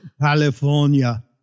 California